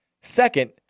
Second